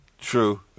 True